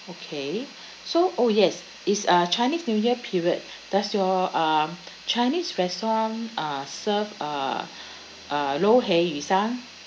okay so oh yes is uh chinese new year period does your um chinese restaurant uh serve uh uh lou hei 鱼生